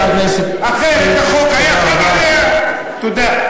חבר הכנסת פריג' אחרת החוק היה, תודה רבה.